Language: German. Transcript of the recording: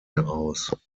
heraus